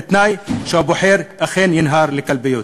בתנאי שהבוחר אכן ינהר לקלפיות.